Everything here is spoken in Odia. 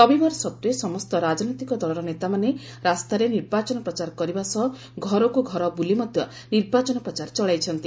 ରବିବାର ସତ୍ତ୍ୱେ ସମସ୍ତ ରାଜନୈତିକ ଦଳର ନେତାମାନେ ରାସ୍ତାରେ ନିର୍ବାଚନ ପ୍ରଚାର କରିବା ସହ ଘରକ୍ତ ଘର ବ୍ରଲି ମଧ୍ୟ ନିର୍ବାଚନ ପ୍ରଚାର ଚଳାଇଛନ୍ତି